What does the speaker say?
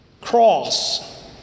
Cross